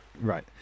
Right